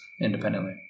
independently